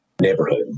neighborhood